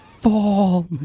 fall